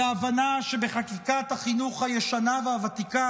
בהבנה שבחקיקת החינוך הישנה והוותיקה,